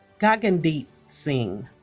gagandeep singh